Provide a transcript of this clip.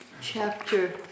Chapter